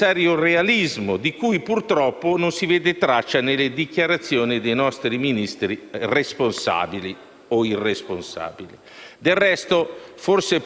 Del resto, forse per un eccessivo senso del pudore, le previsioni di più lungo periodo del Fondo sono state un po' come il responso della Sibilla.